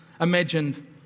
imagined